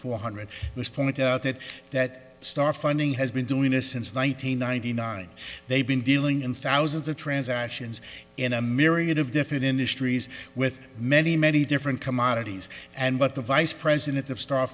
four hundred this point out that that star funding has been doing this since one thousand nine hundred ninety they've been dealing in thousands of transactions in a myriad of different industries with many many different commodities and what the vice president of star